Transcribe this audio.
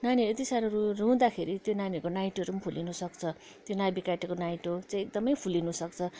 नानीहरू यति साह्रो रु रुँदाखेरि त्यो नानीहरूको नाइटोहरू पनि फुलिन सक्छ त्यो नाभी काटेको नाइटो चाहिँ एकदमै फुलिन सक्छ